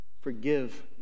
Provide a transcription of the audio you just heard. forgive